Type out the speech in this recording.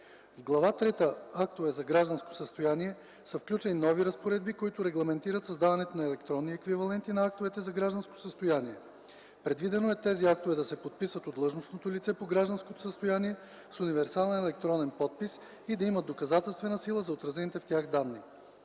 В Глава трета „Актове за гражданско състояние” са включени нови разпоредби, които регламентират създаването на електронни еквиваленти на актовете за гражданско състояние. Предвидено е тези актове да се подписват от длъжностното лице по гражданското състояние с универсален електронен подпис и да имат доказателствена сила за отразените в тях данни.